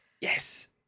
Yes